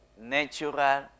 natural